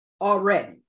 already